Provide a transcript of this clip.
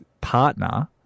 partner